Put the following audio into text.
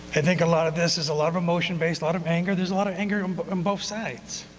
i think a lot of this is a lot of emotion based out of anger, there's a lot of anger on but um both sides,